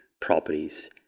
properties